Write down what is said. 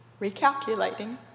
recalculating